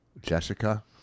Jessica